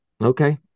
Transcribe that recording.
Okay